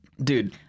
Dude